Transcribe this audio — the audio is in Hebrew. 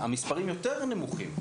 המספרים יותר נמוכים.